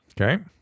Okay